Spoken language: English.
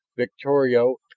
victorio,